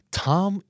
tom